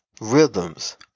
rhythms